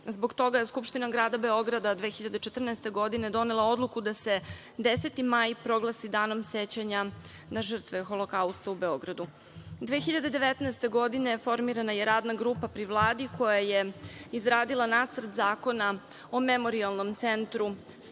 Zbog toga je Skupština grada Beograda 2014. godine donela odluku da se 10. maj proglasi Danom sećanja na žrtve Holokausta u Beogradu. Godine 2019. formirana je Radna grupa pri Vladi koja je izradila Nacrt zakona o Memorijalnom centru „Staro